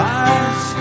eyes